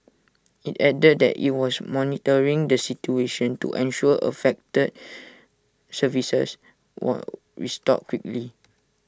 IT added that IT was monitoring the situation to ensure affected services were restored quickly